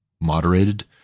moderated